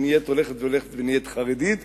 היא הולכת ונהיית חרדית,